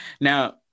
Now